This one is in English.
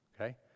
Okay